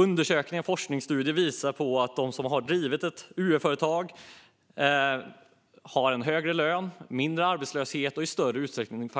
Undersökningar och forskningsstudier visar att de som har drivit ett UF-företag har högre lön och lägre arbetslöshet och i större utsträckning